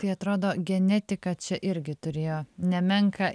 tai atrodo genetika čia irgi turėjo nemenką